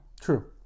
True